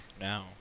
now